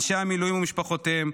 אנשי המילואים ומשפחותיהם,